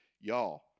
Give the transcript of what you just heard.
Y'all